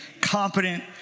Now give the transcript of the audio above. competent